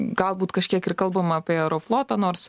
galbūt kažkiek ir kalbama apie aeroflotą nors